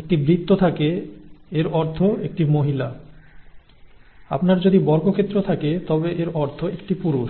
একটি বৃত্ত থাকে এর অর্থ একটি মহিলা আপনার যদি বর্গক্ষেত্র থাকে তবে এর অর্থ একটি পুরুষ